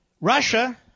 Russia